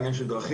עניין של דרכים,